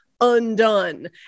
undone